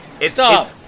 stop